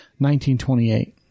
1928